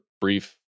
brief